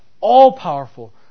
all-powerful